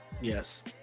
yes